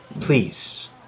Please